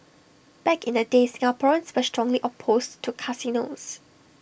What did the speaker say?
back in the day Singaporeans were strongly opposed to casinos